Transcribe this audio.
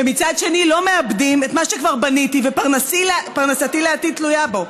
ומצד שני לא מאבדים את מה שכבר בניתי ושפרנסתי לעתיד תלויה בו?